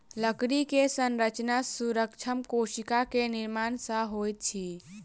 लकड़ी के संरचना सूक्ष्म कोशिका के निर्माण सॅ होइत अछि